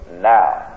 now